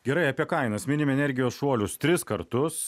gerai apie kainas minim energijos šuolius tris kartus